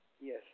Yes